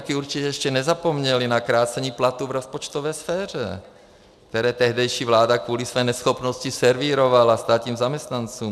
Mnozí také určitě ještě nezapomněli na krácení platů v rozpočtové sféře, které tehdejší vláda kvůli své neschopnosti servírovala státním zaměstnancům.